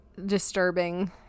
disturbing